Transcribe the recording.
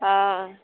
हँ